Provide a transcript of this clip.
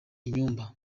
inyumba